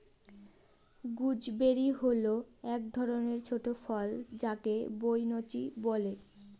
gooseberry হল এক ধরনের ছোট ফল যাকে বৈনচি বলে